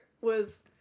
was-